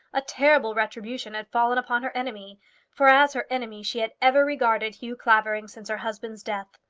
a terrible retribution had fallen upon her enemy for as her enemy she had ever regarded hugh clavering since her husband's death.